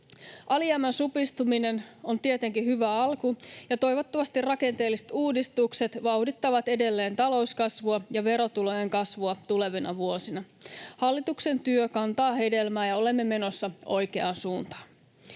Alijäämän supistuminen on tietenkin hyvä alku, ja toivottavasti rakenteelliset uudistukset vauhdittavat edelleen talouskasvua ja verotulojen kasvua tulevina vuosina. Hallituksen työ kantaa hedelmää, ja olemme menossa oikeaan suuntaan.